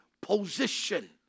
position